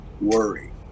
worry